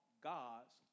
God's